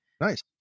nice